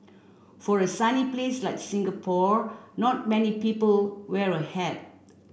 for a sunny place like Singapore not many people wear a hat